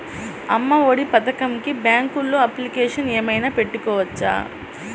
అమ్మ ఒడి పథకంకి బ్యాంకులో అప్లికేషన్ ఏమైనా పెట్టుకోవచ్చా?